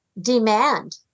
demand